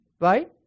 Right